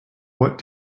what